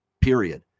period